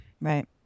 Right